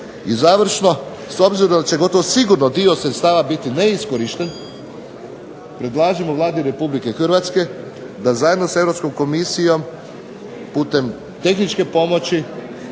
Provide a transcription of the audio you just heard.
I završno, s obzirom da će gotovo sigurno dio sredstava biti neiskorišten predlažemo Vladi RH da zajedno s Europskom komisijom putem tehničke pomoći